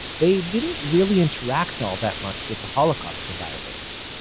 they didn't really interact all that much with the holocaust survivors.